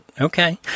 okay